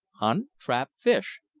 hunt trap fish,